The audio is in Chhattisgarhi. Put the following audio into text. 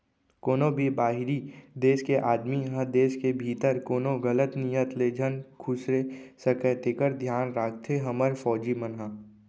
कोनों भी बाहिरी देस के आदमी ह देस के भीतरी कोनो गलत नियत ले झन खुसरे सकय तेकर धियान राखथे हमर फौजी मन ह